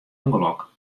ûngelok